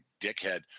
dickhead